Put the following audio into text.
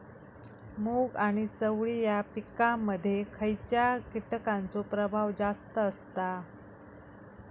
मूग आणि चवळी या पिकांमध्ये खैयच्या कीटकांचो प्रभाव जास्त असता?